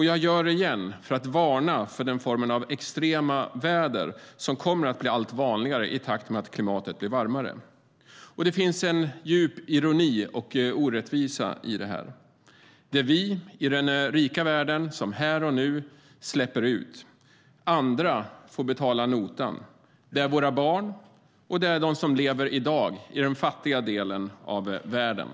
Jag gör det igen för att varna för den formen av extremt väder som kommer att bli allt vanligare i takt med att klimatet blir varmare. Det finns en djup ironi och orättvisa i detta. Det är vi i den rika världen som här och nu släpper ut. Andra får betala notan. Det är våra barn och de som lever i dag i den fattiga delen av världen.